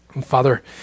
Father